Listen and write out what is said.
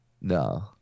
No